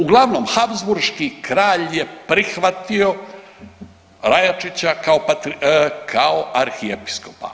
Uglavnom habsburški kralj je prihvatio Rajačića kao arhiepiskopa.